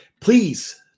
Please